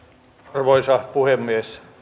arvoisa puhemies